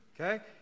Okay